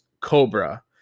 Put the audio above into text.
Cobra